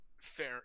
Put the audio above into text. fair